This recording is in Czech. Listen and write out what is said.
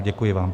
Děkuji vám.